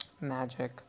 magic